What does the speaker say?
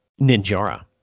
ninjara